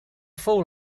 fou